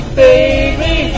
baby